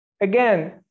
again